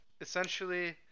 essentially